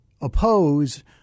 oppose